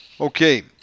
Okay